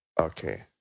okay